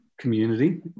community